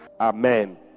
Amen